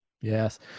yes